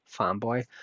fanboy